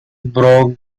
broke